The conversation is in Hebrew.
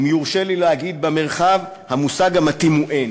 אם יורשה לי להגיד "במרחב" המושג המתאים הוא אין,